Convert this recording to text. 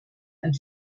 ein